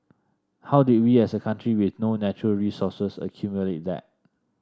how did we as a country with no natural resources accumulate that